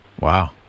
Wow